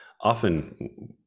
often